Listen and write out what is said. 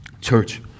Church